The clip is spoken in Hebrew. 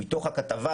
מתוך הכתבה,